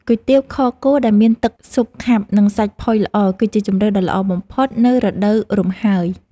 គុយទាវខគោដែលមានទឹកស៊ុបខាប់ និងសាច់ផុយល្អ គឺជាជម្រើសដ៏ល្អបំផុតនៅរដូវរំហើយ។